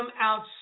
out